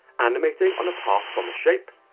animating on a path from a shape.